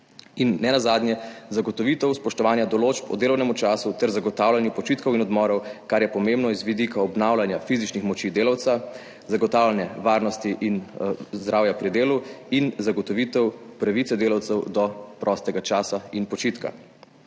In nenazadnje zagotovitev spoštovanja določb o delovnem času ter zagotavljanju počitkov in odmorov, kar je pomembno z vidika obnavljanja fizičnih moči delavca, zagotavljanja varnosti in zdravja pri delu in zagotovitve pravice delavcev do prostega časa in počitka.